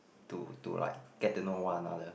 to to like get to know one another